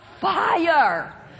fire